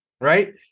right